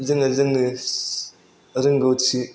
जोङो जोंनो रोंगौथि